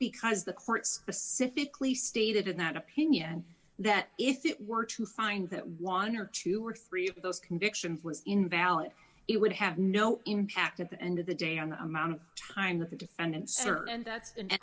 because the courts the syfy clee stated in that opinion that if it were to find that one or two or three of those convictions was invalid it would have no impact at the end of the day on the amount of time that the defendant search and that's an